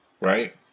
right